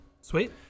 Sweet